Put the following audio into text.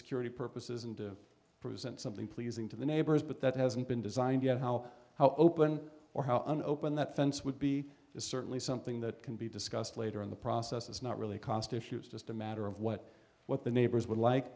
security purposes and to present something pleasing to the neighbors but that hasn't been designed yet how how open or how an open that fence would be is certainly something that can be discussed later in the process it's not really cost issues just a matter of what what the neighbors would like